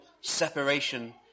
separation